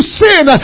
sin